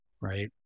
right